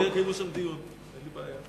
ועדת החוץ והביטחון לא מקיימת שום דיונים,